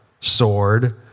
sword